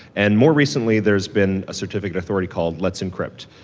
and more recently, there's been a certificate authority called let's encrypt,